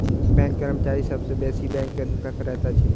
bank कर्मचारी सभ सॅ बेसी बैंक धोखा करैत अछि